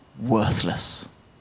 worthless